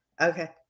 Okay